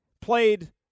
Played